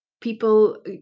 people